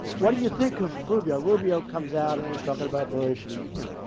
what do you think of rubio? rubio comes out, and he's talking about bush, and, you know,